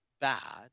bad